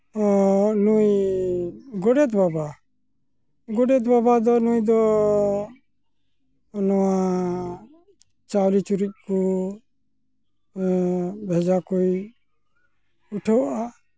ᱱᱩᱭ ᱜᱚᱰᱮᱛ ᱵᱟᱵᱟ ᱜᱚᱰᱮᱛ ᱵᱟᱵᱟ ᱫᱚ ᱱᱩᱭ ᱫᱚ ᱱᱚᱣᱟ ᱪᱟᱣᱞᱮ ᱪᱩᱨᱩᱡ ᱠᱚ ᱵᱷᱮᱡᱟ ᱠᱚᱭ ᱩᱴᱷᱟᱹᱣᱟ